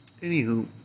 anywho